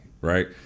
right